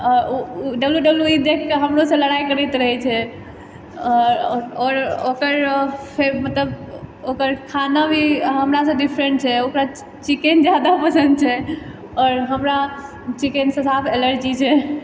ओ W W E देखिके हमरोसँ लड़ाइ करैत रहै छै आओर आओर ओकर फेव मतलब ओकर खाना भी हमरासँ डिफरेन्ट छै ओकरा चिकेन ज्यादा पसन्द छै आओर हमरा चिकेनसँ साफ एलर्जी छै